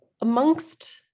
Amongst